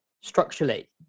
structurally